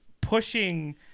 pushing